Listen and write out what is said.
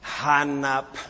hanap